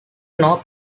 north